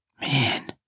Man